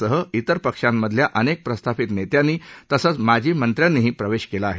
सह तिरपक्षांमधल्या अनेक प्रस्थापित नेत्यांनी तसंच माजी मंत्र्यांनीही प्रवेश केला आहे